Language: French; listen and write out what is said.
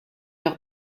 leur